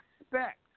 expect